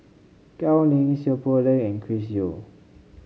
Gao Ning Seow Poh Leng and Chris Yeo